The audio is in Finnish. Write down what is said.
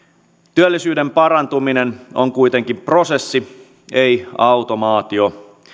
työllisyyden parantuminen on kuitenkin prosessi ei automaatio